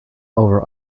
over